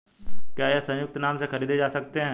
क्या ये संयुक्त नाम से खरीदे जा सकते हैं?